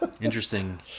interesting